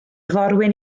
forwyn